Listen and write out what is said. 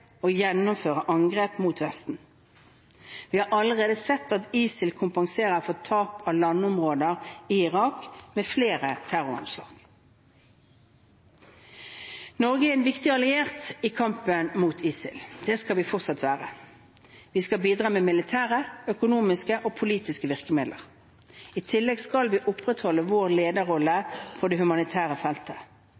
og gjennomføre angrep mot Vesten. Vi har allerede sett at ISIL kompenserer for tap av landområder i Irak med flere terroranslag. Norge er en viktig alliert i kampen mot ISIL, og det skal vi fortsatt være. Vi skal bidra med militære, økonomiske og politiske virkemidler. I tillegg skal vi opprettholde vår lederrolle